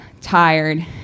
tired